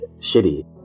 shitty